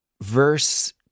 verse